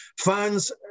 fans